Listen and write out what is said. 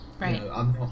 Right